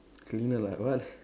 cleaner like what